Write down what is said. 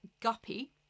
Guppy